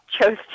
chose